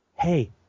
hey